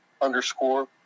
underscore